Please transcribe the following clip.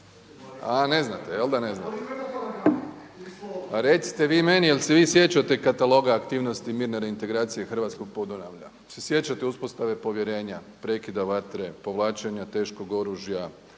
sa strane, ne čuje se./… Recite vi meni jel' se vi sjećate kataloga aktivnosti mirne reintegracije hrvatskog Podunavlja? Se sjećate uspostave povjerenja, prekida vatre, povlačenja teškog oružja,